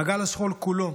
מעגל השכול כולו,